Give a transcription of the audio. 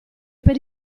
per